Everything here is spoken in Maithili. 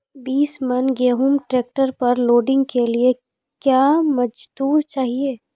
बीस मन गेहूँ ट्रैक्टर पर लोडिंग के लिए क्या मजदूर चाहिए?